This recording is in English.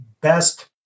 best